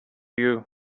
you